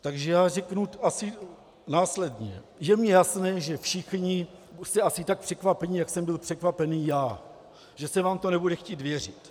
Takže já řeknu asi následně: Je mi jasné, že všichni jste asi tak překvapeni, jak jsem byl překvapený já, že se vám to nebude chtít věřit.